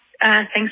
Thanks